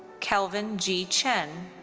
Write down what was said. kelin g. chen.